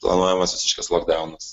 planuojamas visiškas lokdaunas